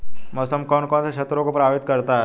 मौसम कौन कौन से क्षेत्रों को प्रभावित करता है?